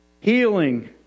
Healing